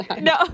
No